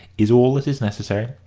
is all that is necessary.